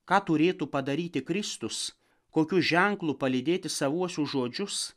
ką turėtų padaryti kristus kokiu ženklu palydėti savuosius žodžius